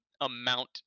amount